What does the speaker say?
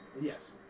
yes